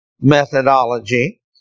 methodology